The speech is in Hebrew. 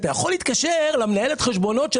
אתה יכול להתקשר למנהלת החשבונות של